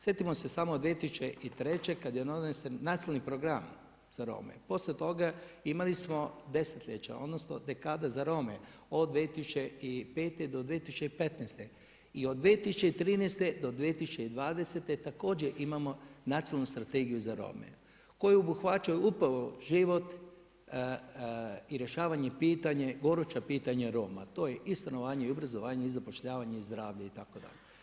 Sjetimo se samo 2003. kada je donesen Nacionalni program za Rome, poslije toga imali smo desetljeća odnosno dekade za Rome od 2005. do 2015. i od 2013. do 2020. također imamo Nacionalnu strategiju za Rome koje obuhvaćaju upravo život i rješavanja gorućih pitanja Roma, to je i stanovanje, i obrazovanje i zapošljavanje i zdravlje itd.